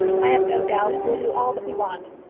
i have no doubt, will do all that we want.